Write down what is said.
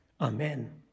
Amen